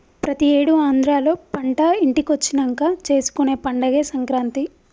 ప్రతి ఏడు ఆంధ్రాలో పంట ఇంటికొచ్చినంక చేసుకునే పండగే సంక్రాంతి